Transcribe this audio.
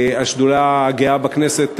השדולה הגאה הכנסת,